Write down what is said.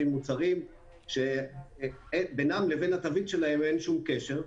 מוצרים שבינם לבין התווית שלהם אין שום קשר.